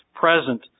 present